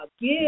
give